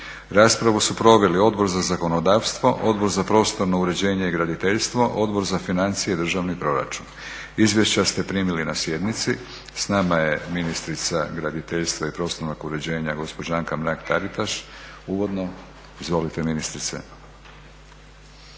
Raspravu su proveli Odbor za zakonodavstvo, Odbor za prostorno uređenje i graditeljstvo, Odbor za financije i državni proračun. Izvješća ste primili na sjednici. S nama je ministrica graditeljstva i prostornog uređenja gospođa Anka Mrak Taritaš. Uvodno izvolite ministrice.